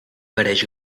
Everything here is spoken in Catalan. mereix